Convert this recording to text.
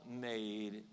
made